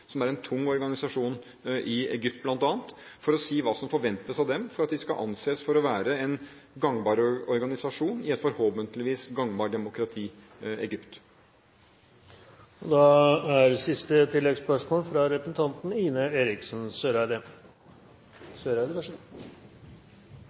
som organisasjon – det er en tung organisasjon i Egypt, bl.a. – for å si hva som forventes av dem for at de skal anses for å være en gangbar organisasjon i et forhåpentligvis gangbart demokrati, Egypt. Ine M. Eriksen Søreide – til siste